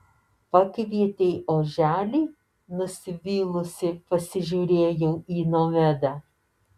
pakvietei oželį nusivylusi pasižiūrėjau į nomedą